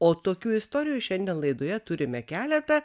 o tokių istorijų šiandien laidoje turime keletą